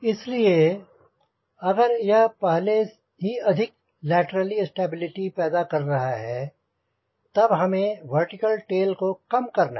इसलिए अगर यह पहले ही अधिक लैटरल स्टेबिलिटी पैदा कर रहा है तब हमें वर्टिकल टेल को कम करना है